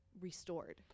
restored